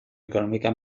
económica